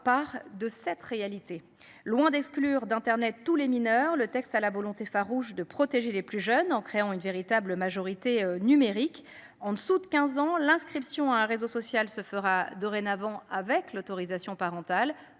par de cette réalité loin d'exclure d'Internet touts les mineurs le texte à la volonté farouche de protéger les plus jeunes en créant une véritable majorité numérique en dessous de 15 ans, l'inscription à un réseau social se fera dorénavant avec l'autorisation parentale